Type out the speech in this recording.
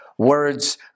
words